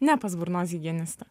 ne pas burnos higienistą